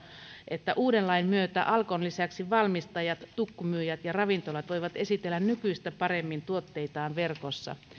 että uuden lain myötä alkon lisäksi valmistajat tukkumyyjät ja ravintolat voivat esitellä nykyistä paremmin tuotteitaan verkossa